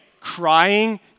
crying